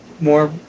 more